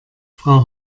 frau